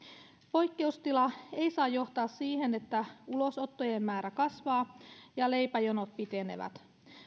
poikkeustila ei saa johtaa siihen että ulosottojen määrä kasvaa ja leipäjonot pitenevät